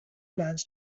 plans